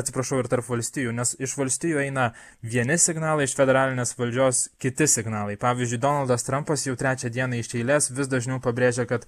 atsiprašau ir tarp valstijų nes iš valstijų eina vieni signalai iš federalinės valdžios kiti signalai pavyzdžiui donaldas trampas jau trečią dieną iš eilės vis dažniau pabrėžia kad